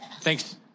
Thanks